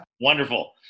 Wonderful